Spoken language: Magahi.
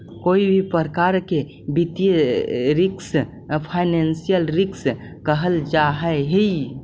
कोई भी प्रकार के वित्तीय रिस्क फाइनेंशियल रिस्क कहल जा हई